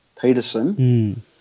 Peterson